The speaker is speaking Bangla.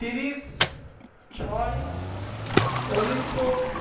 তিরিশ ছয় ঊনিশশো